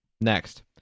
Next